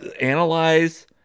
analyze